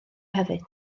hefyd